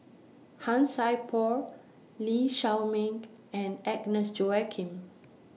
Han Sai Por Lee Shao Meng and Agnes Joaquim